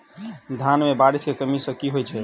धान मे बारिश केँ कमी सँ की होइ छै?